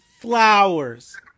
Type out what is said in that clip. Flowers